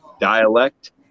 dialect